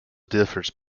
differs